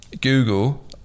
Google